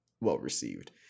well-received